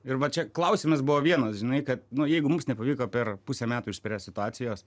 ir va čia klausimas buvo vienas žinai kad nu jeigu mums nepavyko per pusę metų išspręst situacijos